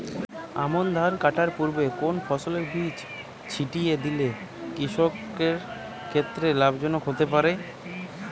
আমন ধান কাটার পূর্বে কোন ফসলের বীজ ছিটিয়ে দিলে কৃষকের ক্ষেত্রে লাভজনক হতে পারে?